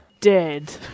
Dead